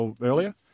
earlier